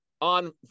on